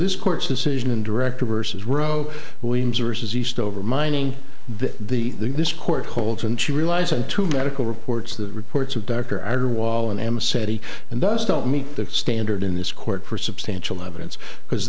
this court's decision in director versus roe williams sources eastover mining that the this court holds and she relies on to medical reports the reports of doctor outer wall and am city and thus don't meet the standard in this court for substantial evidence because